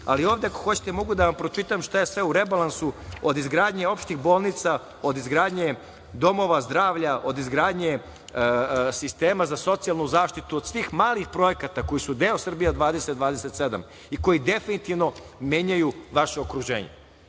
Srbiju. Ovde, ako hoćete, mogu da vam pročitam šta je sve u rebalansu, od izgradnje opštih bolnica, od izgradnje domova zdravlja, od izgradnje sistema za socijalnu zaštitu, od svih malih projekata koji su deo „Srbija 2027“ i koji definitivno menjaju vaše okruženje.